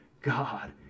God